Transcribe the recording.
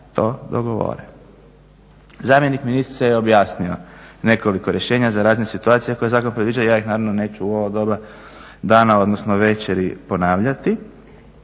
to dogovore. Zamjenik ministrice je objasnio nekoliko rješenja za razne situacije koje zakon predviđa, ja ih naravno neću u ovo doba dana odnosno večeri ponavljati.